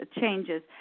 changes